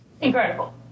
Incredible